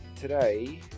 Today